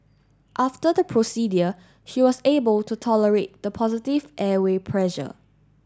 after the procedure she was able to tolerate the positive airway pressure